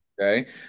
okay